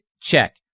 Check